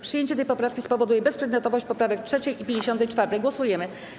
Przyjęcie tej poprawki spowoduje bezprzedmiotowość poprawek 3. i 54. Głosujemy.